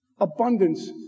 abundance